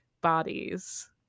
bodies